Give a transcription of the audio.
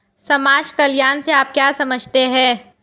समाज कल्याण से आप क्या समझते हैं?